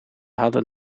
hadden